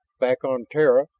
back on terra,